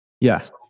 yes